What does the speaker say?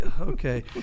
okay